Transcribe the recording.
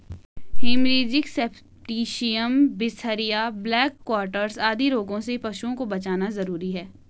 haemorrhagic septicaemia, बिसहरिया, black quarters आदि रोगों से पशुओं को बचाना जरूरी है